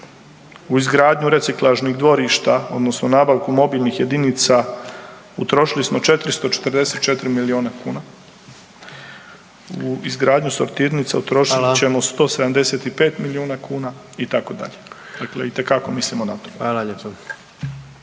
u izgradnju reciklažnih dvorišta odnosno nabavku mobilnih jedinica utrošili smo 444 milijuna kuna, u izgradnju sortirnica …/Upadica predsjednik: Hvala./… utrošit ćemo 175 milijuna kuna itd. dakle itekako mislimo na to.